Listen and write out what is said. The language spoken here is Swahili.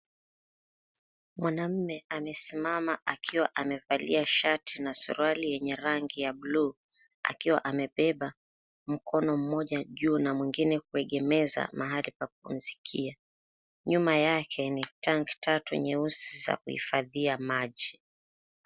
Mwanaume amesimama akiwa amevalia shati na suruali yenye rangi ya bluu akiwa amebeba mkono moja juu na mwengine kuegemeza Mahali pa kushikia. Nyuma yake ni tanki tatu nyeusi ya kuhifandhia maji.